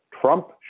Trump